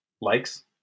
likes